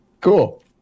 cool